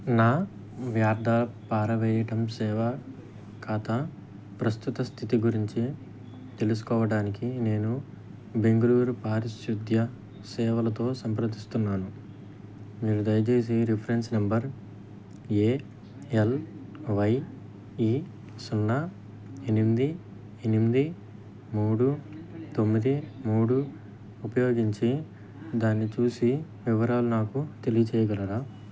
నా వ్యర్థాల పారవేయటం సేవా ఖాతా ప్రస్తుత స్థితి గురించి తెలుసుకోవడానికి నేను బెంగుళూరు పారిశుధ్య సేవలతో సంప్రదిస్తున్నాను మీరు దయచేసి reference number A L Y E సున్నా ఎనిమిది ఎనిమిది మూడు తొమ్మిది మూడు ఉపయోగించి దాన్ని చూసి వివరాలు నాకు తెలియజేయగలరా